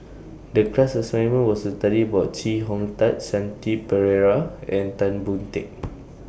The class assignment was to study about Chee Hong Tat Shanti Pereira and Tan Boon Teik